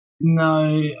No